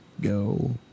Go